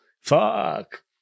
Fuck